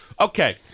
Okay